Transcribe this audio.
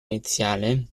iniziale